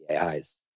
AIs